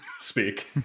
speak